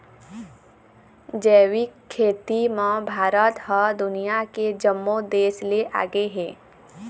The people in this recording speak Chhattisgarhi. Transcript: जैविक खेती म भारत ह दुनिया के जम्मो देस ले आगे हे